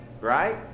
Right